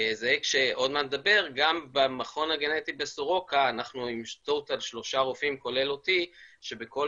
גם במכון הגנטי בסורוקה אנחנו עם שלושה רופאים כולל אותי כשבכל